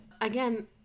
Again